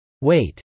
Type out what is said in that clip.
Wait